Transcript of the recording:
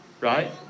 right